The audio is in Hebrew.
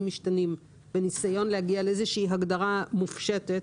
משתנים בניסיון להגיע לאיזושהי הגדרה מופשטת